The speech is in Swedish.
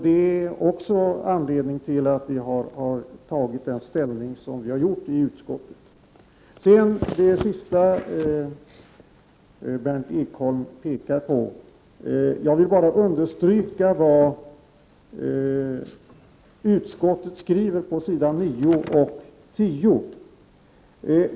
Det är också anledningen till att vi har tagit den ställning som vi har gjort i utskottet. Beträffande det sista som Berndt Ekholm pekade på vill jag bara understryka vad utskottet skriver på s. 9 och 10.